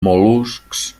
mol·luscs